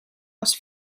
als